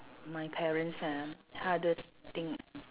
my parents ah hardest thing ah